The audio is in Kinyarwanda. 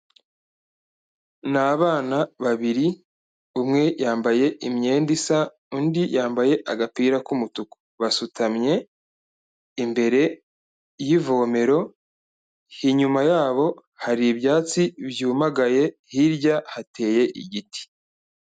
Ni abana babiri, umwe yambaye imyenda isa, undi yambaye agapira k'umutuku. Basutamye imbere y'ivomero, inyuma yabo hari ibyatsi byumagaye, hirya hateye igiti.